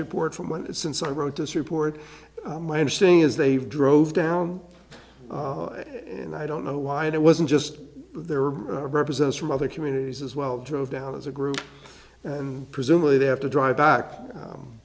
report from one since i wrote this report my understanding is they drove down and i don't know why it wasn't just there represents from other communities as well drove down as a group and presumably they have to drive back